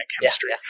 chemistry